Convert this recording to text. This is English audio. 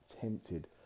tempted